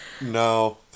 No